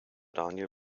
daniel